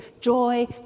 Joy